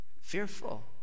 Fearful